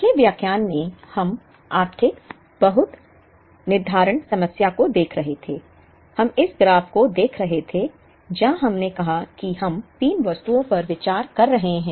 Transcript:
पिछले व्याख्यान में हम आर्थिक बहुत निर्धारण समस्या को देख रहे थे हम इस ग्राफ को देख रहे थे जहां हमने कहा कि हम 3 वस्तुओं पर विचार कर रहे हैं